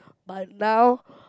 but now